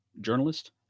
journalist